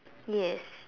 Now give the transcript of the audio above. yes